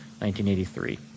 1983